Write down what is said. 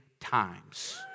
times